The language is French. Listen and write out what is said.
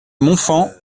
montfand